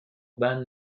بند